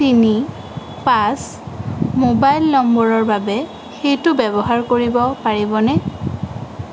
তিনি পাঁচ মোবাইল নম্বৰৰ বাবে সেইটো ব্যৱহাৰ কৰিব পাৰিবনে